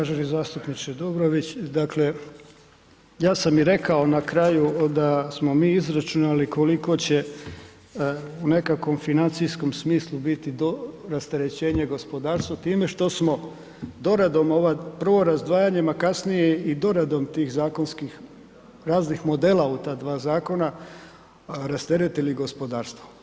Uvaženi zastupniče Dobrović, dakle ja sam i rekao na kraju da smo mi izračunali koliko će u nekakvom financijskom smislu biti rasterećenje gospodarstvo time što smo doradama, prvo razdvajanjem, a kasnije i doradom tih zakonskih raznih modela u ta dva zakona rasteretili gospodarstvo.